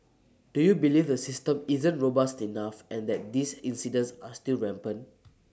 do you believe the system isn't robust enough and that these incidents are still rampant